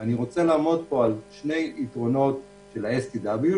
אני רוצה לעמוד פה על שני יתרונות של ה-STW,